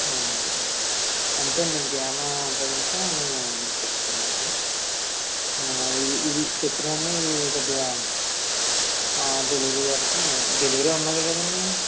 అంతే అంతే అండి ఇంకా ఏవన్నా ఉంటే గనక నేను మళ్ళి చెప్తాను మీకు ఇవి ఇవి చెప్పినవన్నీ కొద్దిగా డెలివరీ వస్తే డెలివరీ ఉన్నది కదండీ